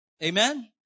Amen